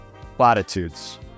platitudes